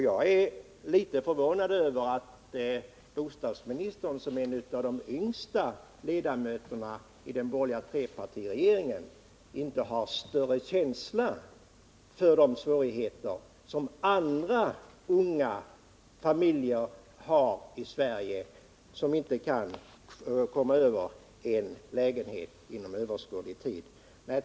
Jag är litet förvånad över att bostadsministern, som är en av de yngsta ledamöterna i den borgerliga trepartiregeringen, inte har större känsla för de svårigheter som de unga familjer i Sverige har som inte kan komma över en lägenhet inom överskådlig tid.